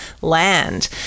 land